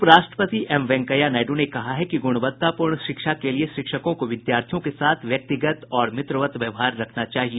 उप राष्ट्रपति एम वेंकैया नायडू ने कहा है कि गुणवत्तापूर्ण शिक्षा के लिये शिक्षकों को विद्यार्थियों के साथ व्यक्तिगत और मित्रवत व्यवहार रखना चाहिए